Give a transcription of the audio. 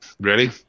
ready